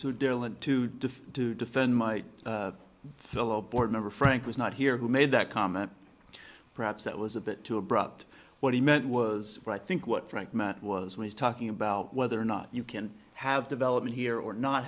so to defend my fellow board member frank was not here who made that comment perhaps that was a bit too abrupt what he meant was i think what frank meant was was talking about whether or not you can have development here or not